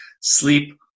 sleep